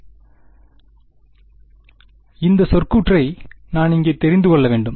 மாணவர் இந்த சொற்கூற்றை நான் இங்கே தெரிந்து கொள்ள வேண்டும்